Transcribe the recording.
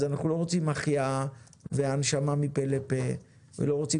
אז אנחנו לא רוצים החייאה והנשמה מפה לפה ואנחנו לא רוצים